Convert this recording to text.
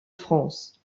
france